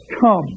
come